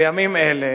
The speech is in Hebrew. בימים אלה